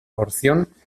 porción